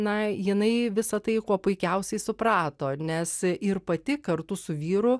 na jinai visą tai kuo puikiausiai suprato nes ir pati kartu su vyru